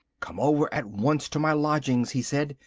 come over at once to my lodgings, he said.